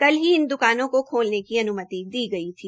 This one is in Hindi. कल ही इन दुकानों को खोलने की अनुमति दी गई थी